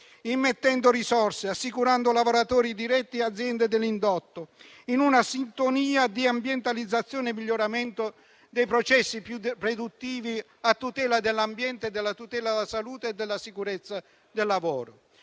immettendo risorse, assicurando lavoratori diretti e aziende dell'indotto, in una sintonia di ambientalizzazione e miglioramento dei processi più produttivi a tutela dell'ambiente, della salute e della sicurezza del lavoro.